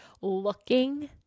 looking